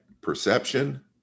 perception